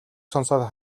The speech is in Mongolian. сонсоод